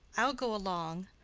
i'll go along,